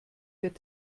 wird